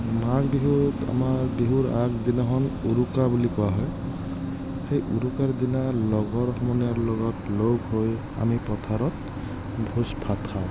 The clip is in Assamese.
মাঘ বিহুত আমাৰ বিহুৰ আগদিনাখন উৰুকা বুলি কোৱা হয় সেই উৰুকাৰ দিনা লগৰ সমনীয়াৰ লগত লগ হৈ আমি পথাৰত ভোজ ভাত খাওঁ